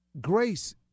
grace